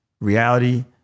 Reality